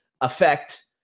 affect